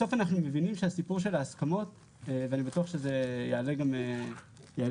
בסוף אנחנו מבינים שהסיפור של ההסכמות ואני בטוח שזה יעלה גם בהמשך